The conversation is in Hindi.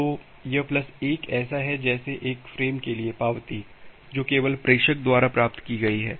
तो यह प्लस 1 ऐसा है जैसे एक फ्रेम के लिए पावती जो केवल प्रेषक द्वारा प्राप्त की गई है